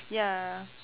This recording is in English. ya